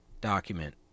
document